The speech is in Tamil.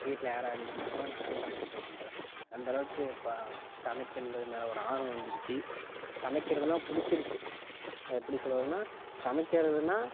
வீட்டில் யார் இருந்தாங்கனா கூட நானே சமைச்சிட்டுருப்பேன் போல அந்த அளவுக்கு சமைக்கிறது மேலே ஒரு ஆர்வம் வந்துடுச்சி சமைக்கிறதுனா பிடிச்சிடுச்சி அது எப்படி சொல்கிறதுனா சமைக்கிறதுன்னா